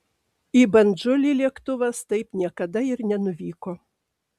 į bandžulį lėktuvas taip niekada ir nenuvyko